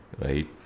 right